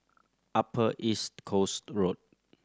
Upper East Coast Road